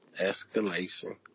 Escalation